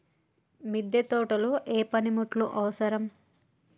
మిద్దె తోటలో ఏ పనిముట్లు అవసరం?